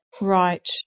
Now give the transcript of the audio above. Right